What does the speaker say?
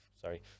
sorry